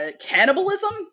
cannibalism